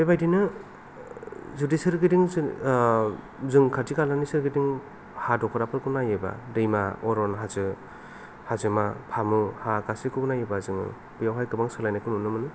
बेबादिनो जुदि सोरगिदिं जों जों खाथि खालानि सोरगिदिं हा दख'राफोरखौ नायोबा दैमा अरन हाजो हाजोमा फामु हा गासैखौबो नायोबा जोङो बेयावहाय गोबां सोलायनायखौ नुनो मोनो